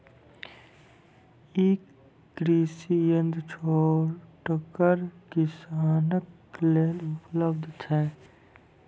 ई कृषि यंत्र छोटगर किसानक लेल उपलव्ध छै?